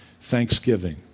thanksgiving